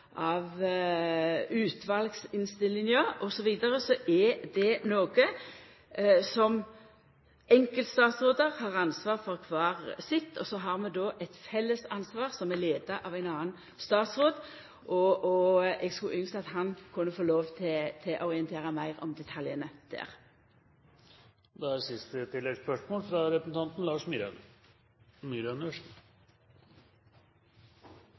utvalsinnstillinga, osv., er det enkeltstatsrådar som har ansvar for kvart sitt område, og så har vi eit felles ansvar som er leidd av ein annan statsråd. Eg skulle ynskt at han kunne få lov til å orientera meir om detaljane der. Lars Myraune – til